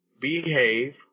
behave